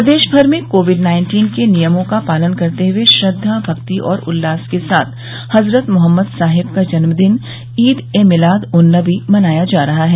प्रदेश भर में COVID nineteen के नियमों का पालन करते हुए श्रद्धा भक्ति और उल्लास के साथ हजरत मोहम्मद साहेब का जन्म दिन ईद ए मिलाद उन नबी मनाया जा रहा है